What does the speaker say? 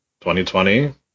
2020